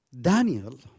Daniel